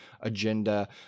agenda